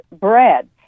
bread